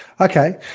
okay